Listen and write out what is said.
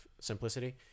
simplicity